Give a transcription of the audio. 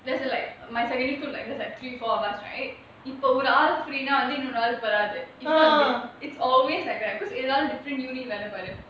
there's like my secondary school there's like three four of us right இப்போ:ippo free வராது:varathu it's always like that because another different uni~ வருதான்னு பாரு:varuthaanu paaru